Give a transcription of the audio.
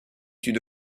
une